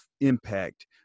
impact